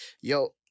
Yo